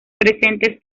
presentes